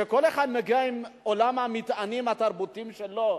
שכל אחד מהם מגיע עם עולם המטענים התרבותיים שלו,